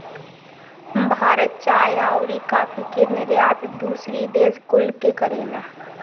भारत चाय अउरी काफी के निर्यात दूसरी देश कुल के करेला